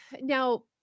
now